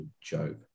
joke